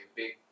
big